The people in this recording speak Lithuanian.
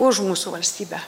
už mūsų valstybę